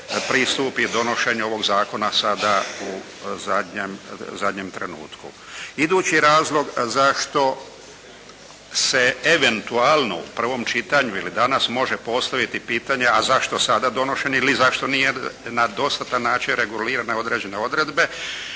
pristupi donošenju ovog zakona sada u zadnjem trenutku. Idući razlog zašto se eventualno u prvom čitanju ili danas može postaviti pitanje a zašto sada donošeni list, zašto nije na dostatan način regulirane određene odredbe,